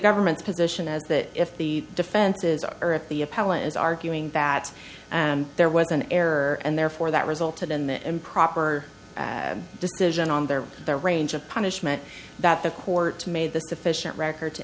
government's position is that if the defenses are at the appellant is arguing that and there was an error and therefore that resulted in the improper decision on their their range of punishment that the court made the sufficient record to